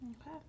Okay